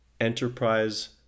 enterprise